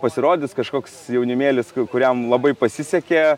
pasirodys kažkoks jaunimėlis kuriam labai pasisekė